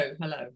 hello